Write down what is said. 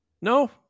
No